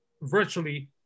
virtually